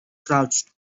crouched